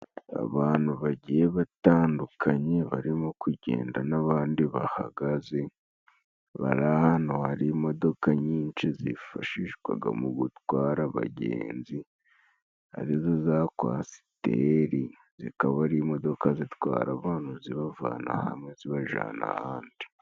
Abantu bagiye batandukanye barimo kugenda n'abandi bahagaze, bari ahantu hari imodoka nyinshi zifashishwaga mu gutwara abagenzi arizo za kwasiteri, zikaba ari imodoka zitwara abantu zibavana hamwe zibajyana ahandi.